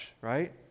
right